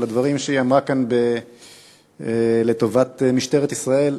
הדברים שהיא אמרה כאן לטובת משטרת ישראל.